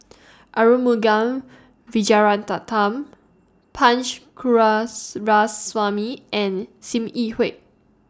Arumugam Punch and SIM Yi Hui